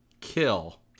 kill